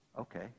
okay